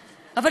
יותר מהכול,